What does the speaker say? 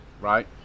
right